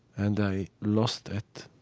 and i lost that